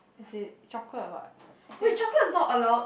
as in chocolate or what as in